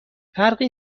فرقی